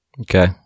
Okay